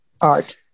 art